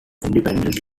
independent